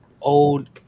old